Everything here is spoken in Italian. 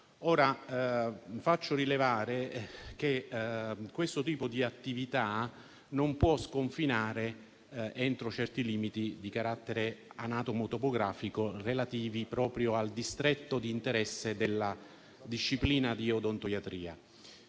Faccio rilevare che questo tipo di attività non può sconfinare entro certi limiti di carattere anatomotopografico relativi proprio al distretto di interesse della disciplina di odontoiatria.